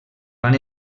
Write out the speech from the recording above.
van